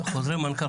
חוזרי מנכ"ל,